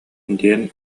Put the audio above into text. диэн